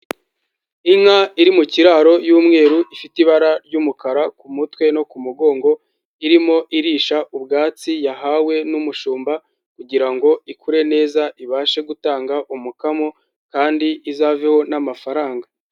Inka iri mu kiraro y'umweru, ifite ibara ry'umukara ku mutwe no ku mugongo, irimo irisha ubwatsi yahawe n'umushumba, kugira ngo ikure neza ibashe gutanga umukamo, kandi izaveho n'amafaranga.